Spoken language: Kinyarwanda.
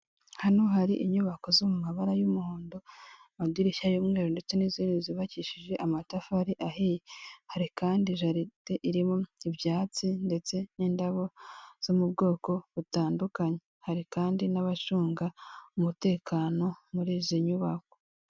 Hano hari inyubako zo mu mabara y'umuhondo amadirishya y'umweru ndetse n'izindi zubakishije amatafari ahiye, hari kandi jaride irimo ibyatsi ndetse n'indabo zo mu bwoko butandukanye, hari kandi n'abacunga umutekano muri izi nyubako.